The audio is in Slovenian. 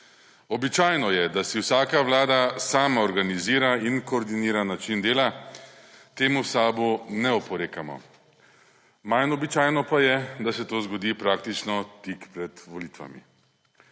Običajno je, da si vsaka Vlada sama organizira in koordinira način dela temu v SAB ne oporekamo. Manj običajno pa je, da se to zgodi praktično tik pred volitvami.